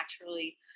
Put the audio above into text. naturally